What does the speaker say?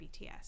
bts